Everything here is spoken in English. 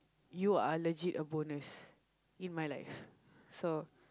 you are legit a bonus in my life so